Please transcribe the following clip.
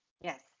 Yes